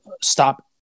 stop